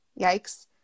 yikes